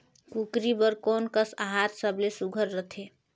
कूकरी बर कोन कस आहार सबले सुघ्घर रथे?